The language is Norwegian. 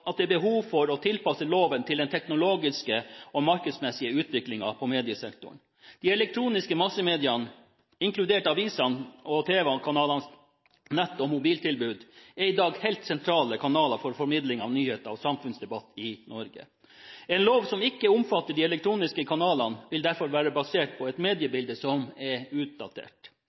helt åpenbart er behov for å tilpasse loven til den teknologiske og markedsmessige utviklingen på mediesektoren. De elektroniske massemediene, inkludert avisenes og TV-kanalenes nett- og mobiltilbud, er i dag helt sentrale kanaler for formidling av nyheter og samfunnsdebatt i Norge. En lov som ikke omfatter de elektroniske kanalene, vil derfor være basert på et mediebilde som er utdatert,